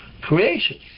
creation